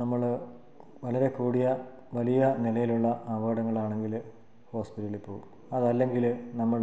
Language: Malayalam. നമ്മൾ വളരെ കൂടിയ വലിയ നിലയിലുള്ള അപകടങ്ങളാണെങ്കിൽ ഹോസ്പിറ്റലിൽ പോവും അതല്ല എങ്കിൽ നമ്മൾ